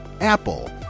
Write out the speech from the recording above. Apple